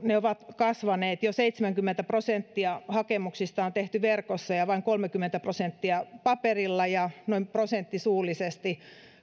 ovat kasvaneet jo seitsemänkymmentä prosenttia hakemuksista on tehty verkossa ja ja vain kolmekymmentä prosenttia paperilla ja noin yksi prosentti suullisesti